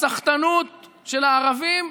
נסיעות לחו"ל והוצאות